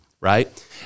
right